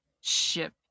ship